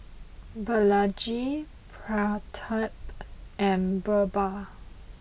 Balaji Pratap and Birbal